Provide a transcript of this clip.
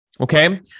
okay